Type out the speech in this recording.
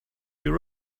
your